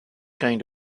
kind